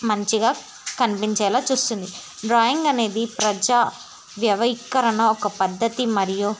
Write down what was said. మంచిగా కనిపించేలాగా చూస్తుంది డ్రాయింగ్ అనేది ప్రజా వ్యవీకరణ ఒక పద్ధతి మరియు